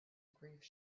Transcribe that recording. grief